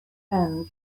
anne